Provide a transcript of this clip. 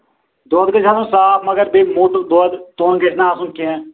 دۄد گژھِ آسُن صاف مَگر بیٚیہِ موٚٹہٕ دۄد توٚن گژھِ نہٕ آسُن کیٚنہہ